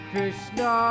Krishna